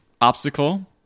obstacle